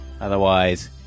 Otherwise